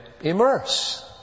immerse